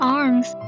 arms